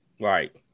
right